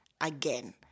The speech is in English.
again